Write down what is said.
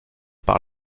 par